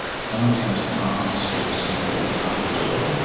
someone is going to pass a string of symbols under the door,